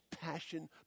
passion